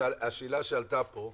שהשאלה שעלתה פה,